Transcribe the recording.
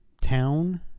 town